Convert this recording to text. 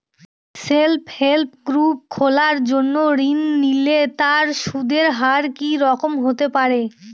Self help group খোলার জন্য ঋণ নিলে তার সুদের হার কি রকম হতে পারে?